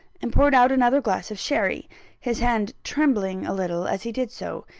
and poured out another glass of sherry his hand trembling a little as he did so.